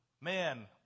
man